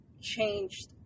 changed